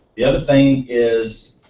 the other thing is,